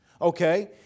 Okay